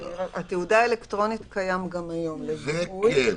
תעודה אלקטרונית זה קיים גם היום לזיהוי,